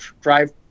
drive